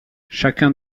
chacun